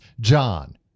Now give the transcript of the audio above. John